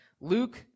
Luke